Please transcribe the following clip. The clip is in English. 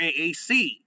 AAC